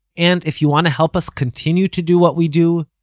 and if you want to help us continue to do what we do,